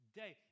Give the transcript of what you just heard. day